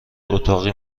اتاقی